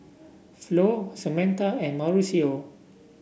Flo Samatha and Mauricio